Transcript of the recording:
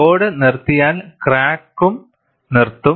load നിർത്തിയാൽ ക്രാക്കക്കും നിർത്തും